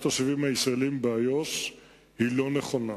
התושבים הישראלים באיו"ש אינה נכונה,